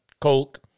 Coke